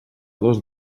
dos